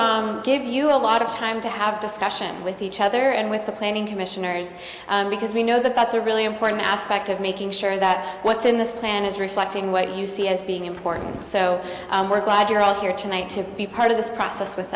to give you a lot of time to have discussion with each other and with the planning commissioners because we know that that's a really important aspect of making sure that what's in this plan is reflecting what you see as being important so we're glad you're all here tonight to be part of this process with